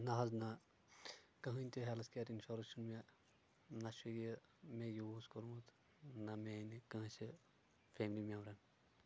نہ حظ نہ کٕہٲنۍ تہِ ہیٚلتھ کِیر انشورنٕس چھُنہٕ مےٚ نہ چھُ یہِ مےٚ یوز کوٚرمُت نہ میٲنہِ کٲنٛسہِ فیملی میٚمبرن